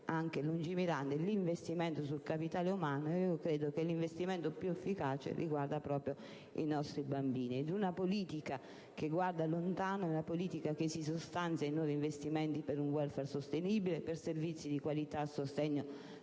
anche lungimirante l'investimento sul capitale umano e credo che l'investimento più efficace riguardi proprio i nostri bambini. Una politica che guarda lontano si sostanzia in nuovi investimenti per un *welfare* sostenibile, per servizi di qualità a sostegno